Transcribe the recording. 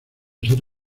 ser